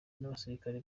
n’abasirikare